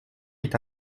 est